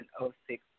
1.06